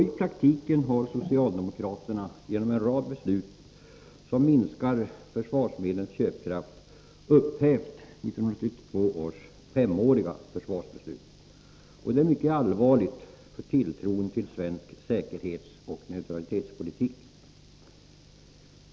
I praktiken har socialdemokraterna genom en rad beslut, som minskat försvarsmedlens köpkraft, upphävt 1982 års femåriga försvarsbeslut. Detta är mycket allvarligt för tilltron till svensk säkerhetsoch neutralitetspolitik.